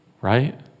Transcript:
right